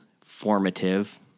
formative